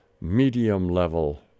medium-level